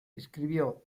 escribió